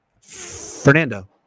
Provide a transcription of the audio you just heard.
Fernando